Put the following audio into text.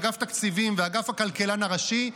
אגף תקציבים ואגף הכלכלן הראשי,